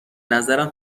نظرم